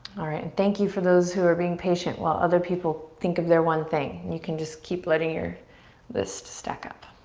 alright, and thank you for those who are being patient while other people think of their one thing. you can just keep letting your list stack up.